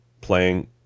playing